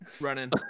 running